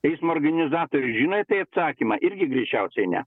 eismo organizatoriai žino į tai atsakymą irgi greičiausiai ne